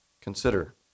consider